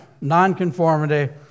nonconformity